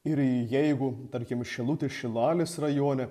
ir jeigu tarkim šilutės šilalės rajone